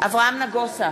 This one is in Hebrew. אברהם נגוסה,